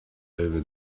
over